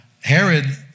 Herod